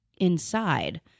inside